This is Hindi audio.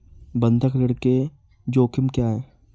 बंधक ऋण के जोखिम क्या हैं?